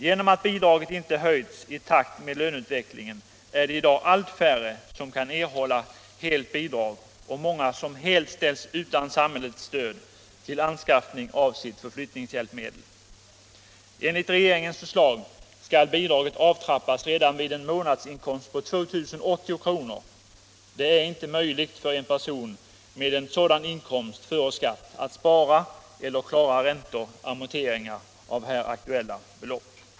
Genom att bidraget inte höjts i takt med löneutvecklingen är det i dag allt färre som kan erhålla helt bidrag och många som helt ställs utan samhällets stöd till anskaffning av förflyttningshjälpmedel. Enligt regeringens förslag skall bidraget avtrappas redan vid en månadsinkomst på 2080 kr. Det är inte möjligt för en person med en sådan inkomst före skatt att spara eller klara räntor och amorteringar av här aktuella belopp.